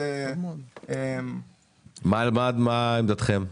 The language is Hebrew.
מה עמדתכם?